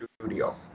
studio